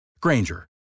Granger